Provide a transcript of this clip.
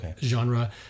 genre